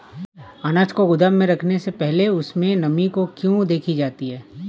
अनाज को गोदाम में रखने से पहले उसमें नमी को क्यो देखी जाती है?